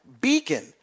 beacon